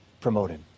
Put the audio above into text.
promoted